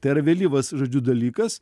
tai yra vėlyvas žodžiu dalykas